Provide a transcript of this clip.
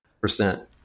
percent